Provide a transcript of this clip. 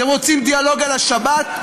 אתם רוצים דיאלוג על השבת?